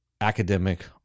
academic